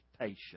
patience